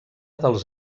dels